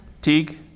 Teague